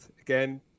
again